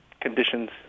Conditions